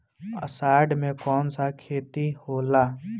अषाढ़ मे कौन सा खेती होला?